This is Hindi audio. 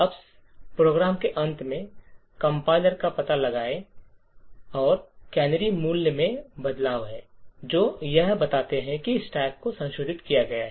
अब समारोह के अंत में संकलक का पता लगाएगा कि कैनरी मूल्य में बदलाव है जो यह बताते हुए कि स्टैक को संशोधित किया गया है